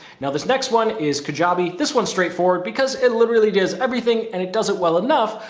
now this next one is kajabi. this one's straightforward, because it literally does everything. and it does it well enough,